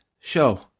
show